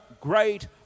great